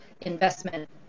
investment